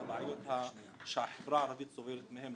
מהבעיות שהחברה הערבית סובלת מהן,